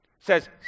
says